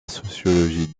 sociologie